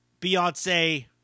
Beyonce